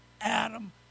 Adam